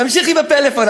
תמשיכי בטלפון,